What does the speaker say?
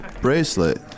bracelet